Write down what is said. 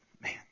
man